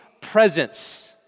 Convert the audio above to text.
presence